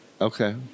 Okay